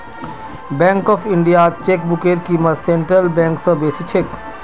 bank of इंडियात चेकबुकेर क़ीमत सेंट्रल बैंक स बेसी छेक